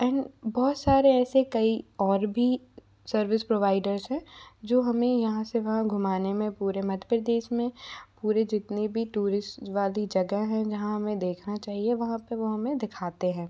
N बहुत सारे ऐसे कई भी सर्विस प्रोवॉइडर्स है जो जो हम यहाँ से वहाँ घूमने में पूरे मधप्र देश में पूरे जितनी भी टूरीस वाली जगह है जहाँ हमें देखना चाहिए वहाँ पे वो हमें दिखाते है